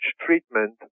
treatment